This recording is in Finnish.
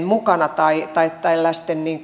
mukana tai tai tällaisten